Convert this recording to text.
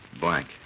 Blank